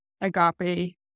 agape